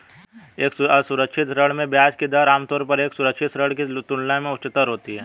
एक असुरक्षित ऋण में ब्याज की दर आमतौर पर एक सुरक्षित ऋण की तुलना में उच्चतर होती है?